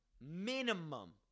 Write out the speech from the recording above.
minimum